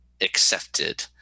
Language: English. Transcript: accepted